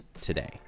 today